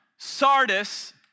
Sardis